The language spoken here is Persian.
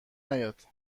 نیاد